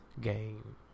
game